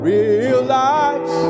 Realize